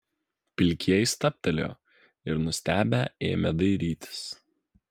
pilkieji stabtelėjo ir nustebę ėmė dairytis